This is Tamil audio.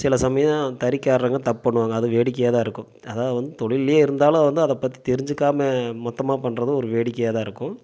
சில சமயம் தறிக்காரங்க தப்பு பண்ணுவாங்க அது வேடிக்கையாக தான் இருக்கும் அதாவது வந்து தொழில்லையே இருந்தாலும் வந்து அதை பற்றி தெரிஞ்சுக்காமல் மொத்தமாக பண்ணுறதும் ஒரு வேடிக்கையாக தான் இருக்கும்